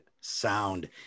sound